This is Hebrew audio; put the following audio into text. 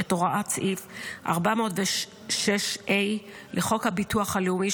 את הוראת סעיף 406(ה) לחוק הביטוח הלאומי,